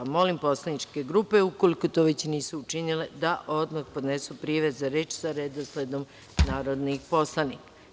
Molim poslaničke grupe, ukoliko to već nisu učinile da odmah podnesu prijave za reč sa redosledom narodnih poslanika.